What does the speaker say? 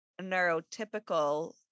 neurotypical